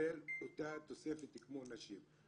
יקבל את אותה תוספת כמו נשים.